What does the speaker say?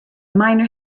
miner